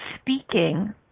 speaking